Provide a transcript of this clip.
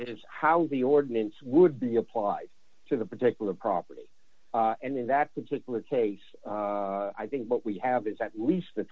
is how the ordinance would be applied to the particular property and in that particular case i think what we have is at least th